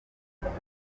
lionel